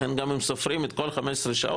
לכן הם גם אם סופרים את כל 15 השעות,